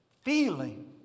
feeling